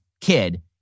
kid